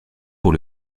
pour